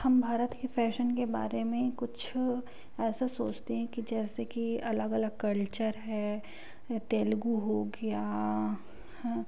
हम भारत के फ़ैशन के बारे में कुछ ऐसा सोचते हैं कि जैसे की अलग अलग कल्चर है तेलगु हो गया